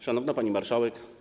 Szanowna Pani Marszałek!